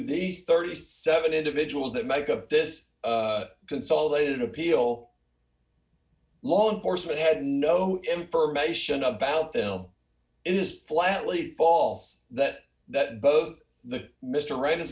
these thirty seven individuals that make up this consolidated appeal law enforcement had no information about them it is flatly false that that both the mr right his